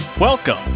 Welcome